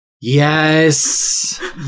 Yes